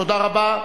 תודה רבה.